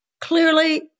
Clearly